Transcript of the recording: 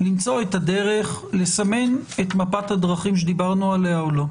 למצוא את הדרך לסמן את מפת הדרכים שדיברנו עליה או לא?